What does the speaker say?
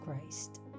Christ